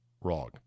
wrong